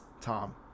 Tom